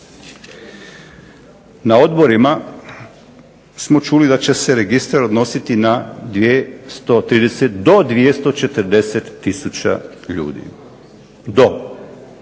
Na odborima smo čuli da će se registar odnositi na dvije 130 do 240 tisuća ljudi, do.